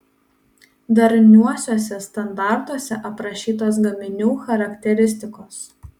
darniuosiuose standartuose aprašytos gaminių charakteristikos